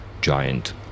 giant